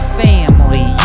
family